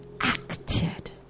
acted